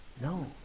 No